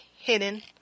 hidden